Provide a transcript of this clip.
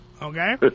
Okay